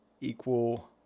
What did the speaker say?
equal